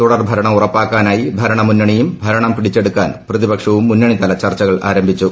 തുടർഭരണം ഉറപ്പാക്കാനായി ഭരണമുന്നണിയും ഭരണം പിടിച്ചെടുക്കാൻ പ്രതിപക്ഷവും മുന്നണിതല ചർച്ചകൾ ആരംഭിച്ചു